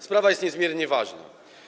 Sprawa jest niezmiernie ważna.